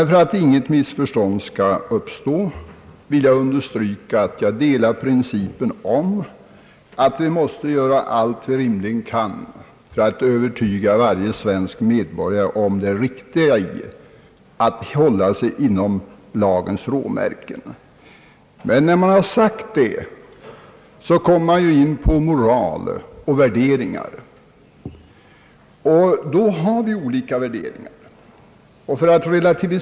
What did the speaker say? För att inget missförstånd skall uppstå vill jag emellertid understryka, att jag hyllar principen om att vi måste göra allt som vi rimligen kan göra för att övertyga varje svensk medborgare om det riktiga i att hålla sig inom lagens råmärken. Men när man sagt det, kommer man ju in på moral och värderingar, och då visar det sig att vi har olika synsätt.